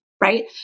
right